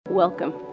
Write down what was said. Welcome